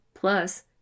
plus